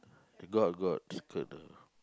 got got